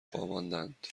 خواباندند